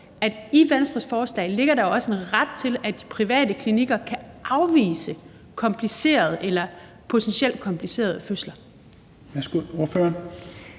i Venstres forslag ligger der jo også en ret til, at de private klinikker kan afvise komplicerede eller potentielt komplicerede fødsler? Kl. 16:14 Tredje